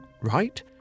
right